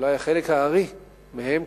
אולי חלק הארי שלהם,